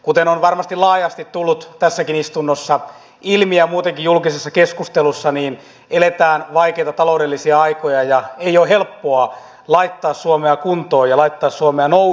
kuten on varmasti laajasti tullut tässäkin istunnossa ilmi ja muutenkin julkisessa keskustelussa niin eletään vaikeita taloudellisia aikoja eikä ole helppoa laittaa suomea kuntoon ja nousuun